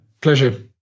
Pleasure